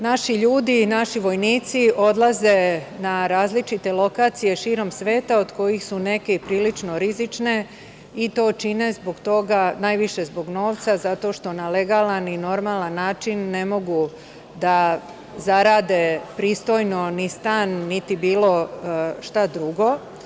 Naši ljudi i naši vojnici odlaze na različite lokacije širom sveta, od kojih su neke prilično rizične i to čine najviše zbog novca, zato što na legalan i normalan način ne mogu da zarade pristojno ni za stan, niti za bilo šta drugo.